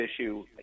issue